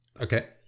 okay